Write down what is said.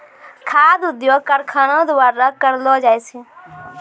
खाद्य उद्योग कारखानो द्वारा करलो जाय छै